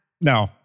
No